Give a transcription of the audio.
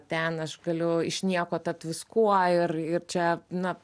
ten aš galiu iš nieko tapt viskuo ir ir čia na